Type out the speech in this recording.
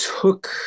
took